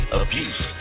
abuse